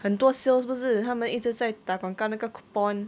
很多 sales 是不是他们一直在打广告那个 coupon